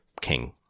king